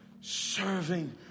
Serving